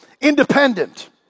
independent